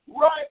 Right